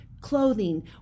clothing